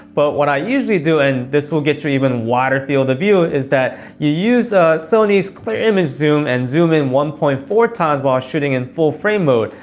but what i usually do, and this will get you even wider field of view, is that i use sony's clear image zoom and zoom in one point four times while shooting in full frame mode,